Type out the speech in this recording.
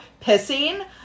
pissing